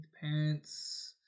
Parents